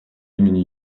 имени